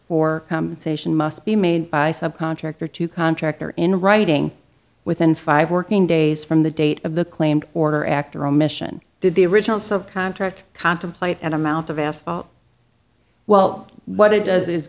or sation must be made by subcontractor to contractor in writing within five working days from the date of the claimed order act or omission did the original subcontract contemplate an amount of asked well what it does is